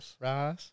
rice